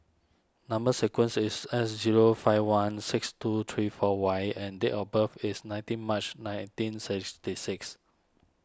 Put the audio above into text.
Number Sequence is S zero five one six two three four Y and date of birth is nineteen March nineteen sixty six